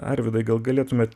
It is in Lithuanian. arvydai gal galėtumėt